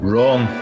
Wrong